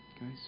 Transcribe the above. Guys